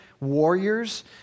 warriors